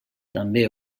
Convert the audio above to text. també